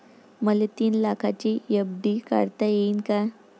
मले तीन लाखाची एफ.डी काढता येईन का?